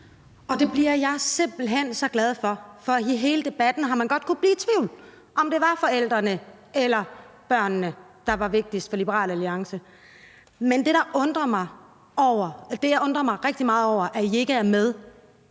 Det bliver jeg simpelt hen så glad for. For i hele debatten har man godt kunnet blive i tvivl om, om det var forældrene eller børnene, der var vigtigst for Liberal Alliance. Men det, jeg undrer mig rigtig meget over, er, at I ikke ved,